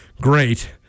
Great